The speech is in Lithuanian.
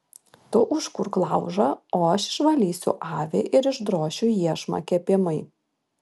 tu užkurk laužą o aš išvalysiu avį ir išdrošiu iešmą kepimui